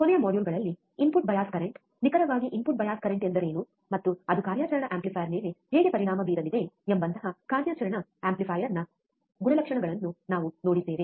ಕೊನೆಯ ಮಾಡ್ಯೂಲ್ಗಳಲ್ಲಿ input bias current ನಿಖರವಾಗಿ ಇನ್ಪುಟ್ ಬಯಾಸ್ ಕರೆಂಟ್ ಎಂದರೆ ಏನು ಮತ್ತು ಅದು ಕಾರ್ಯಾಚರಣಾ ಆಂಪ್ಲಿಫೈಯರ್ ಮೇಲೆ ಹೇಗೆ ಪರಿಣಾಮ ಬೀರಲಿದೆ ಎಂಬಂತಹ ಕಾರ್ಯಾಚರಣಾ ಆಂಪ್ಲಿಫೈಯರ್ನ ಗುಣಲಕ್ಷಣಗಳನ್ನು ನಾವು ನೋಡಿದ್ದೇವೆ